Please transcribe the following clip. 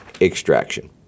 extraction